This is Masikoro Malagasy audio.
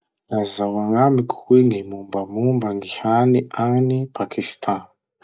Lazao agnamiko hoe gny mombamomba gny hany agny Pakistan?